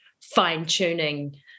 fine-tuning